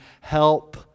help